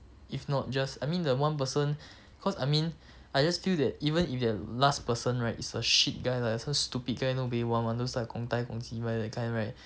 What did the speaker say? if not just I mean the one person cause I mean I just feel that even if the last person right is a shit guy like so stupid guy those buay 玩玩 those like that kind right